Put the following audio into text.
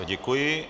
Děkuji.